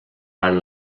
van